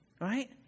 Right